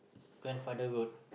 grandfather road